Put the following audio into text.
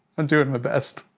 i'm doing my best.